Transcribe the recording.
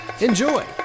enjoy